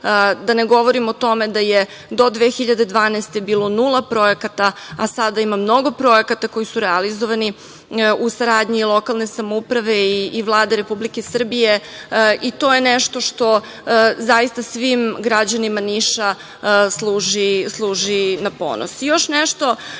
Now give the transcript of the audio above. Da ne govorim o tome da je do 2012. godine bilo nula projekata, sada ima mnogo projekata koji su realizovani u saradnji lokalne samouprave i Vlade Republike Srbije. To je nešto što zaista svim građanima Niša služi na ponos. Još